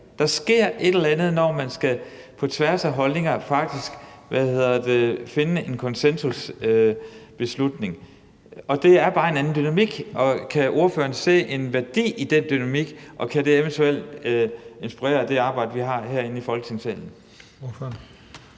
Der sker et eller andet, når man på tværs af holdninger faktisk skal træffe en konsensusbeslutning, og det er bare en anden dynamik. Kan ordføreren se en værdi i den dynamik, og kan det eventuelt inspirere det arbejde, vi har herinde i Folketingssalen?